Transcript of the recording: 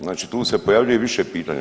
Znači tu se pojavljuje više pitanja.